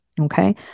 okay